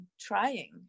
trying